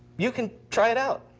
you can try it out.